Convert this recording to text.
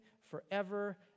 forever